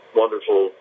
wonderful